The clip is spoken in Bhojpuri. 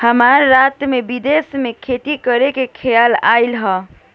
हमरा रात में विदेश में खेती करे के खेआल आइल ह